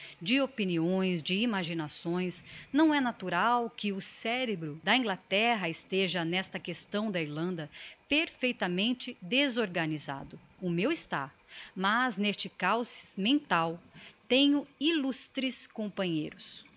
de opiniões de imaginações não é natural que o cerebro da inglaterra esteja n'esta questão da irlanda perfeitamente desorganisado o meu está mas n'este cahos mental tenho illustres companheiros